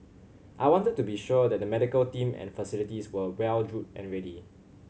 I wanted to be sure that the medical team and facilities were well drilled and ready